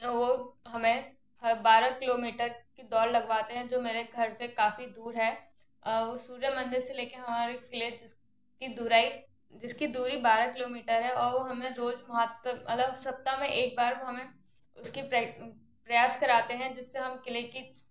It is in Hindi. वह हमें सब बारह किलो मीटर की दौड़ लगवाते हैं जो मेरे घर से काफ़ी दूर है वह सूर्य मंदिर से लेकर हमारी किले की दूरी जिसकी दूरी बारह किलो मीटर है और वह हमें रोज़ वहाँ तक अलग उस सप्ताह में एक बार वह हमें उसकी प्रैक् प्रयास कराते हैं जिससे हम किले किच